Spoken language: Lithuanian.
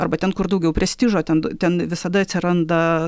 arba ten kur daugiau prestižo ten ten visada atsiranda